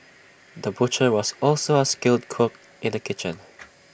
the butcher was also A skilled cook in the kitchen